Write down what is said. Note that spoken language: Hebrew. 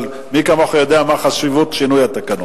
מי כמוך יודע מה חשיבות שינוי התקנון.